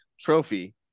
Trophy